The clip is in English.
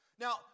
Now